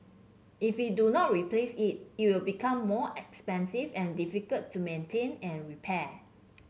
if we do not replace it it will become more expensive and difficult to maintain and repair